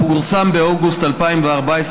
פורסם באוגוסט 2014,